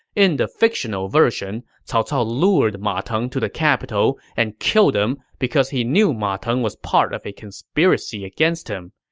in the fictional version, cao cao lured ma teng to the capital and killed him because he knew ma teng was part of a conspiracy against him.